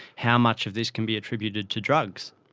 how much of this can be attributed to drugs?